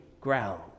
ground